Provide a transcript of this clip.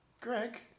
Greg